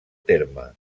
terme